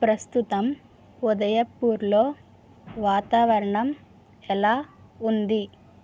ప్రస్తుతం ఉదయ్పూర్లో వాతావరణం ఎలా ఉంది